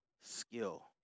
skill